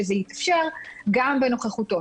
כשזה יתאפשר, גם בנוכחותו.